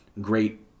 great